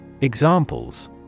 Examples